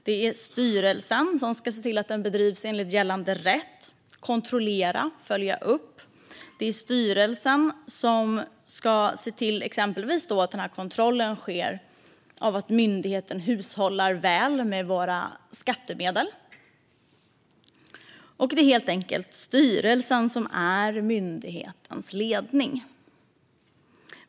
Det är styrelsen som ska se till att verksamheten bedrivs enligt gällande rätt, kontrollera och följa upp. Det är styrelsen som ska se till att det sker en kontroll av att myndigheten hushållar väl med våra skattemedel. Det är helt enkelt styrelsen som är myndighetens ledning.